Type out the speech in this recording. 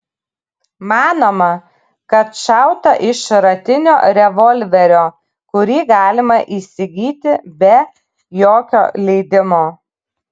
manoma kad šauta iš šratinio revolverio kurį galima įsigyti be jokio leidimo